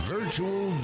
Virtual